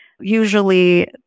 usually